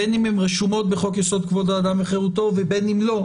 בין אם הן רשומות בחוק יסוד: כבוד האדם וחירותו ובין אם לא,